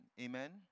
Amen